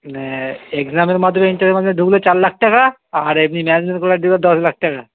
এগজ্যামের মাধ্যমে এন্ট্রান্সের মাধ্যমে ঢুকলে চার লাখ টাকা আর এমনি ম্যানেজমেন্ট কোটায় ঢুকলে দশ লাখ টাকা